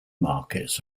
markets